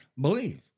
believe